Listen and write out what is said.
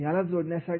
याला जोडण्यासाठी